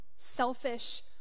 selfish